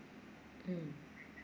mm